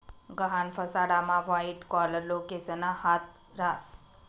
गहाण फसाडामा white collar लोकेसना हात रास